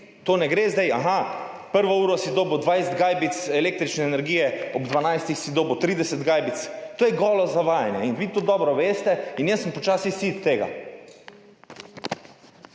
to ne gre zdaj tako, aha, prvo uro si dobil 20 gajbic električne energije, ob 12. uri si dobil 30 gajbic … To je golo zavajanje in vi to dobro veste. Jaz sem počasi sit tega.